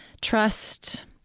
trust